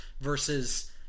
versus